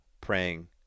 praying